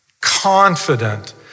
confident